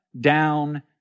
down